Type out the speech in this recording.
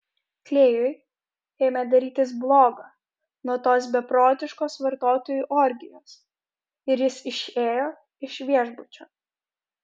klėjui ėmė darytis bloga nuo tos beprotiškos vartotojų orgijos ir jis išėjo iš viešbučio